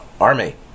army